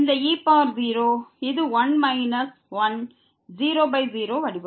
இந்தe0இது 1 minus 1 00 வடிவம்